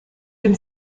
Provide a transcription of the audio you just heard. dem